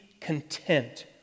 content